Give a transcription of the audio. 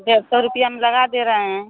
डेढ़ सौ रुपिया हम लगा दे रहे हैं